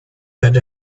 that